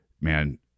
Man